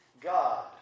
God